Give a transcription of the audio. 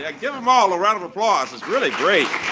ah give them all a round of applause, really great.